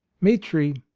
mitri,